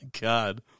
God